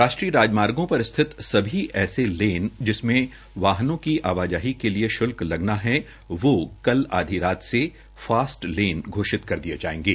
राष्ट्रीय राजमार्गो पर स्थित सभी ऐसे लेन जिसमे वाहनों की आवाजाही के लिए शुल्क लगना है जो कल आधी रात से फास्टेग घोषित कर दिये जायेंगे